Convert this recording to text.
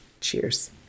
Cheers